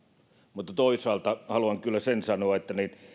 mutta toisaalta haluan kyllä sen sanoa että